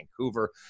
Vancouver